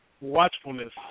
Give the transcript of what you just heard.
watchfulness